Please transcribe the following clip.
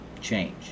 Change